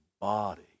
body